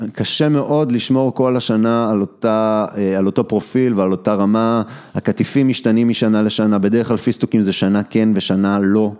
קשה מאוד לשמור כל השנה על אותה, על אותו פרופיל ועל אותה רמה, הקטייפים משתנים משנה לשנה, בדרך כלל פיסטוקים זה שנה כן ושנה לא.